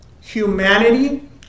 humanity